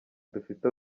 dufite